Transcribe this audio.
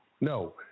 No